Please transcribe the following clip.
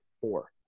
four